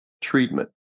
treatment